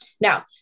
Now